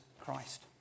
Christ